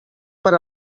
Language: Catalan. per